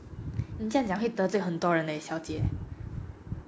你这样讲会得罪很多人勒小姐